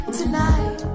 tonight